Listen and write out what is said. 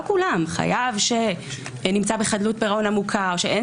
כולם חייב שנמצא בחדלות פירעון עמוקה או שאין